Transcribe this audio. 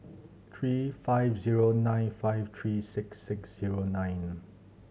three five zero nine five three six six zero nine